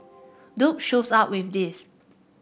dude shows up with this